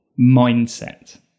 mindset